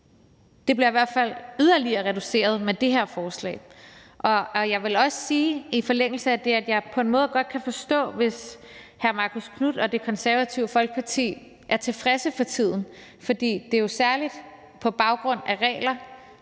bliver i hvert fald yderligere reduceret med det her forslag. Jeg vil også sige i forlængelse af det, at jeg på en måde godt kan forstå, hvis hr. Marcus Knuth og Det Konservative Folkeparti er tilfredse for tiden, for det er jo særlig på baggrund af regler,